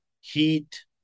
Heat